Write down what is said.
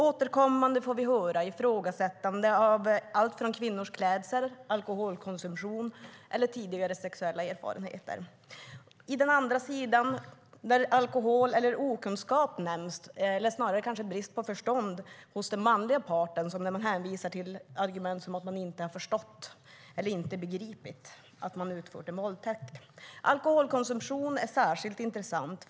Återkommande får vi höra ifrågasättande av allt ifrån kvinnors klädsel och alkoholkonsumtion till tidigare sexuella erfarenheter. På den andra sidan nämns alkohol och okunskap eller kanske snarare brist på förstånd hos den manliga parten, som hänvisar till argument som att man inte har förstått eller begripit att man har utfört en våldtäkt. Alkoholkonsumtion är särskilt intressant.